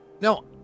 No